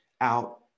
out